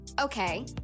Okay